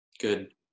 good